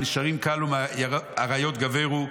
מנשרים קלו ומאריות גברו,